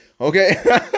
Okay